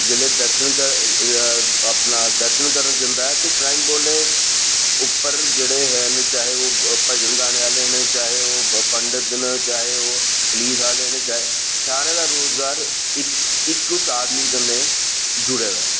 जेल्लै दर्शन करन जंदा ऐ ते श्रराइन बोर्ड ने उप्पर जेह्ड़े हैन ओह् भजन गाने आहले चाहे ओह् पंड़ित ना चाहे ओह् पुलीस आहले सारे दा रोजगार इक उस आदमी कन्नै जुड़े दा ऐ